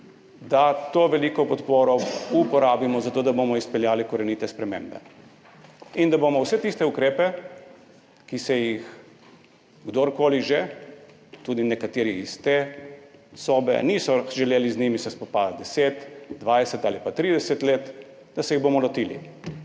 da to veliko podporo uporabimo za to, da bomo izpeljali korenite spremembe. In da bomo vse tiste ukrepe, ki se jih kdorkoli že, tudi nekateri iz te sobe, z njimi niso želeli spopasti 10, 20 ali pa 30 let, da se jih bomo lotili.